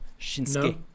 Shinsuke